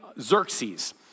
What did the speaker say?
Xerxes